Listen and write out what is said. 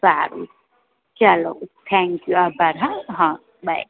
સારું ચાલો thank you આભાર હ હ બાય